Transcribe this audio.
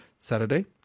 Saturday